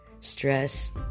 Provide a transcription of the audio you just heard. Stress